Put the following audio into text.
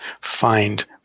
find